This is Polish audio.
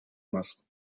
masłem